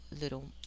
little